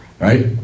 Right